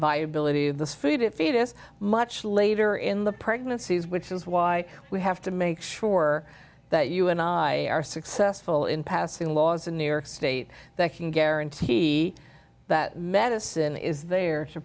viability of this food to feed us much later in the pregnancies which is why we have to make sure that you and i are successful in passing laws in new york state that can guarantee that medicine is there to